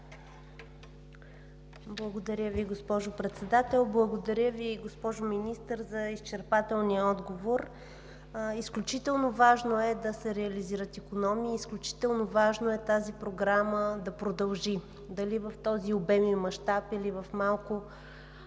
Благодаря Ви, госпожо Председател. Благодаря Ви, госпожо Министър, за изчерпателния отговор. Изключително важно е да се реализират икономии. Изключително важно е тази програма да продължи – дали в този обем и мащаб, или в малко